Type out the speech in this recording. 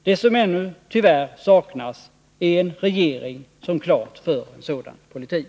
Det som ännu tyvärr saknas är en regering som klart för en sådan politik.